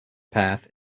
path